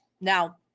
now